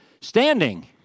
standing